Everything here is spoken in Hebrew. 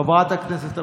חברת הכנסת אבקסיס,